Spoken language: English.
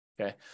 Okay